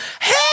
hey